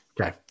Okay